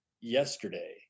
yesterday